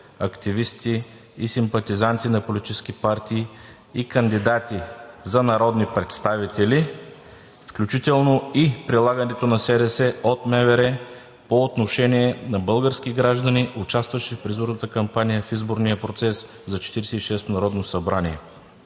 активисти и симпатизанти на политически партии и кандидати за народни представители, включително и прилагането на СРС от МВР по отношение на български граждани, участващи в изборната кампания в изборния процес за 46-ото народно събрание.“